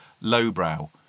lowbrow